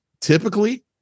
typically